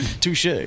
Touche